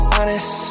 Honest